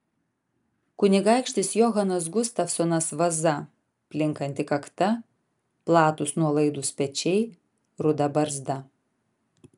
kunigaikštis johanas gustavsonas vaza plinkanti kakta platūs nuolaidūs pečiai ruda barzda